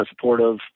supportive